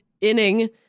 inning